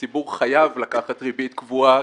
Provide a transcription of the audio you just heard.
הציבור חייב לקחת ריבית קבועה,